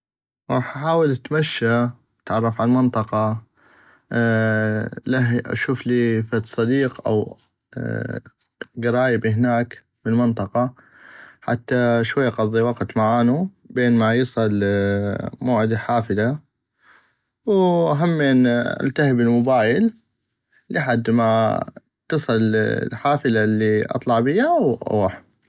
غاح احاول اتمشى اتعرف على المنطقة الهي اشوفلي فد صديق او كرايب هناك بل المنطقة حتى شوي اقضي وقت معانو بين ما يصل موعد الحافلة وهمين التهي بل الموبايل لحد ما تصلح الحافلة الي اطلع بيا واغوح.